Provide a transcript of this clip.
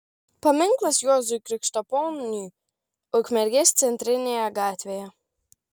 paminklas juozui krikštaponiui ukmergės centrinėje gatvėje